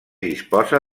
disposa